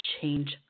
change